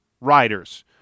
riders